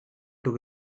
took